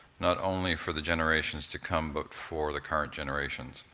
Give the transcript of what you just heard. not only for the generations to come, but for the current generations.